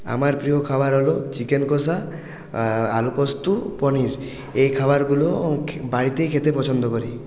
আমার প্রিয় খাবার হল চিকেন কসা আলু পোস্তো পনির এই খাবারগুলো বাড়িতেই খেতে পছন্দ করি